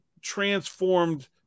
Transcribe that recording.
transformed